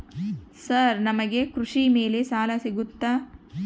Sir ನಮಗೆ ಕೃಷಿ ಮೇಲೆ ಸಾಲ ಸಿಗುತ್ತಾ?